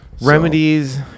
remedies